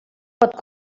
pot